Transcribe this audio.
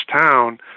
town